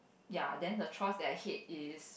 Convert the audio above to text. ya then the chores that I hate is